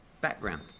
background